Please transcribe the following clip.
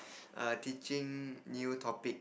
err teaching new topic